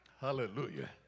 Hallelujah